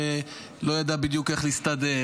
שלא ידע בדיוק איך להסתדר,